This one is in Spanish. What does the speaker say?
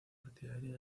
partidario